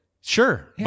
Sure